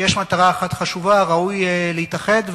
כשיש מטרה אחת חשובה ראוי להתאחד,